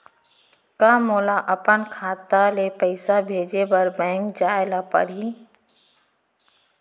का मोला अपन खाता ले पइसा भेजे बर बैंक जाय ल परही?